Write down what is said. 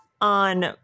on